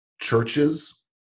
churches